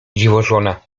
dziwożona